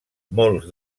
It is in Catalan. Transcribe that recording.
molts